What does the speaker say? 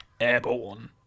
Airborne